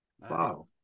Wow